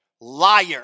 Liar